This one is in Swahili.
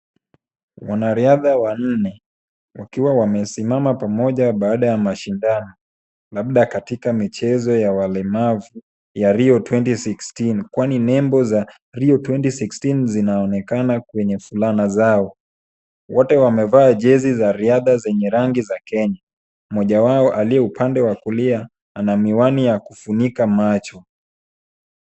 Wanariadha wanne ,wakiwa wamesimama pamoja baada ya mashindano labda katika michezo ya walemevu ya Rio 2016 kwani nembo za Rio 2016 zinaonekana kwenye fulana zao ,wote wamevaa jezi za riadha zenye rangi za Kenya , mmoja wao aliye upande wa kulia ana miwani ya kufunika macho.